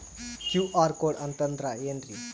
QR code ಅಂತಂದ್ರ ಏನ್ರೀ?